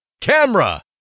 Camera